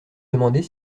demander